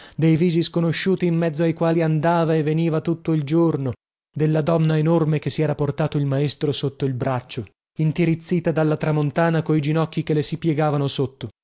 dei visi sconosciuti in mezzo ai quali andava e veniva tutto il giorno della donna enorme che si era portato il maestro sotto il braccio intirizzita dalla tramontana coi ginocchi che le si piegavano sotto